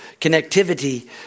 connectivity